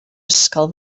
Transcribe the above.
ysgol